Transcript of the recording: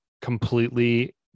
completely